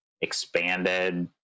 expanded